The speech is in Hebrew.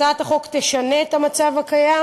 הצעת החוק תשנה את המצב הקיים,